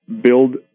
build